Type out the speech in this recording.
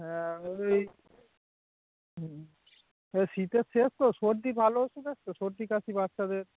হ্যাঁ ওই শীতের শেষ তো সর্দি ভালো এসছে তো সর্দি কাশি বাচ্চাদের